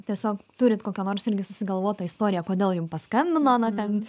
tiesiog turit kokią nors irgi susigalvotą istoriją kodėl jum paskambino na ten